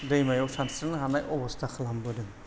दैमायाव सानस्रिनो हनाय अबस्था खालामबोदों